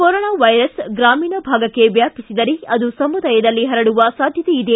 corona virus ಗ್ರಾಮೀಣ ಭಾಗಕ್ಕೆ ವ್ವಾಪಿಸಿದರೆ ಅದು ಸಮುದಾಯದಲ್ಲಿ ಪರಡುವ ಸಾಧ್ವತೆ ಇದೆ